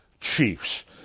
Chiefs